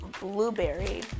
blueberry